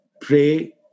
pray